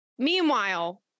Meanwhile